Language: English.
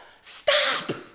Stop